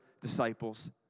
disciples